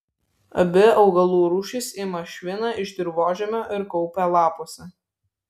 abi augalų rūšys ima šviną iš dirvožemio ir kaupia lapuose